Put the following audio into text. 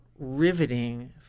riveting